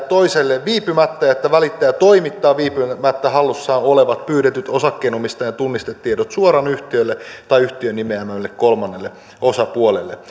toiselle viipymättä ja että välittäjä toimittaa viipymättä hallussaan olevat pyydetyt osakkeenomistajan tunnistetiedot suoraan yhtiölle tai yhtiön nimeämälle kolmannelle osapuolelle